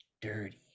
dirty